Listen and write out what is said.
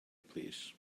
plîs